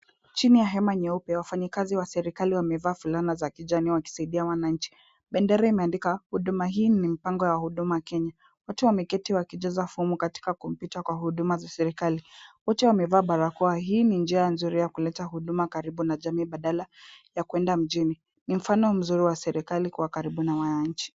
Chini ya hema nyeupe wafanyikazi wa serikali wamevaa fulana za kijani wakisaidia wananchi. Bendera imeandika huduma hii ni mpango wa huduma Kenya. Watu wameketi wakijaza fomu katika kompyuta kwa huduma za serikali, wote wamevaa barakoa .Hii ni njia nzuri ya kuleta huduma karibu na jamii badala ya kuenda mjini. Ni mfano mzuri serikali kuwa karibu na wananchi.